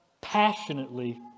passionately